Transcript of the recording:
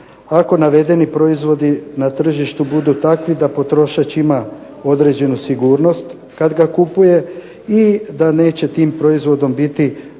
ako navedeni proizvodi na tržištu budu takvi da potrošač ima određenu sigurnost kad ga kupuje i da neće tim proizvodom biti